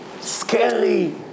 scary